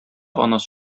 анасы